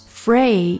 free